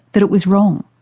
that it was wrong.